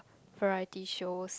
variety shows